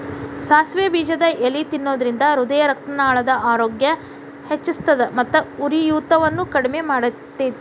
ಸಾಸಿವೆ ಬೇಜದ ಎಲಿ ತಿನ್ನೋದ್ರಿಂದ ಹೃದಯರಕ್ತನಾಳದ ಆರೋಗ್ಯ ಹೆಚ್ಹಿಸ್ತದ ಮತ್ತ ಉರಿಯೂತವನ್ನು ಕಡಿಮಿ ಮಾಡ್ತೆತಿ